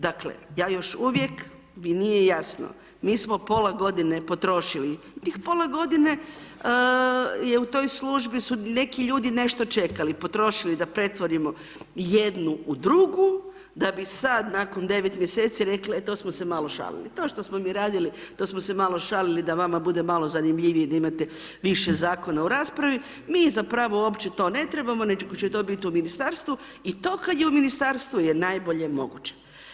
Dakle, ja još uvijek, mi nije jasno, mi smo pola godine potrošili, tih pola godine je u toj službi su neki ljudi nešto čekali, potrošili da pretvorimo jednu u drugu da bi sada nakon 9 mjeseci rekle, e to smo se malo šalili, to što smo mi radili, to smo se malo šalili da vama bude malo zanimljiviji da imate više Zakona u raspravi, mi zapravo uopće to ne trebamo, nego će to biti u Ministarstvu i to kada je u Ministarstvu je najbolje moguće.